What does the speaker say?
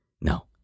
no